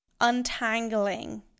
untangling